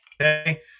Okay